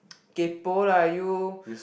k_p_o lah you